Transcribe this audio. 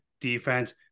defense